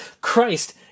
Christ